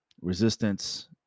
Resistance